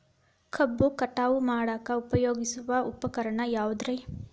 ಕಬ್ಬು ಕಟಾವು ಮಾಡಾಕ ಉಪಯೋಗಿಸುವ ಉಪಕರಣ ಯಾವುದರೇ?